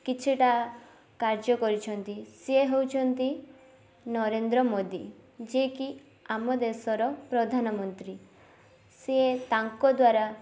କିଛିଟା କାର୍ଯ୍ୟ କରିଛନ୍ତି ସିଏ ହେଉଛନ୍ତି ନରେନ୍ଦ୍ର ମୋଦି ଯିଏକି ଆମ ଦେଶର ପ୍ରଧାନ ମନ୍ତ୍ରୀ ସିଏ ତାଙ୍କ ଦ୍ୱାରା